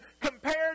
compared